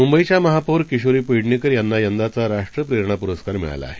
मुंबईच्या महापौर किशोरी पेडणेकर यांना यंदाचा राष्ट्रप्रेरणा पुरस्कार मिळाला आहे